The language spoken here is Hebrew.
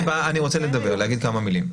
אז אני רוצה להגיד כמה מילים.